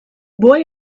boy